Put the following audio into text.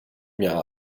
mir